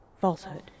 falsehood